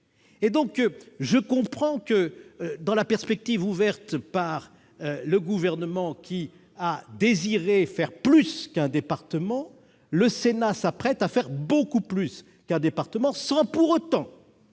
Je comprends que dans la perspective ouverte par le Gouvernement, qui a désiré faire plus qu'un département, le Sénat s'apprête à faire beaucoup plus qu'un département, sans pour autant